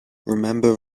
remember